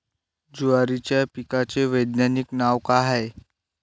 जवारीच्या पिकाचं वैधानिक नाव का हाये?